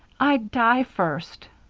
i'd die first!